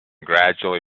gradually